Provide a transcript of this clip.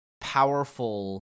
powerful